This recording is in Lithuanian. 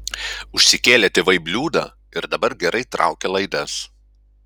užsikėlė tėvai bliūdą ir dabar gerai traukia laidas